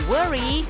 Worry